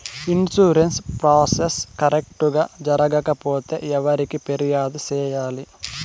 insurance process correct గా జరగకపోతే ఎవరికి ఫిర్యాదు సేయాలి